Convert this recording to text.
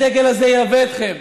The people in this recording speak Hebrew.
הדגל הזה ילווה אתכם.